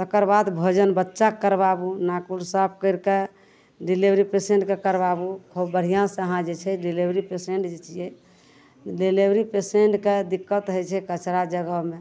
तकर बाद भोजन बच्चाके करबाबू नाखून साफ करिके डिलिवरी पेशेन्टके करबाबू खूब बढ़िआँसे अहाँ जे छै डिलिवरी पेशेन्ट जे छिए डिलेवरी पेशेन्टके दिक्कत होइ छै कचरा जगहमे